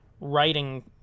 writing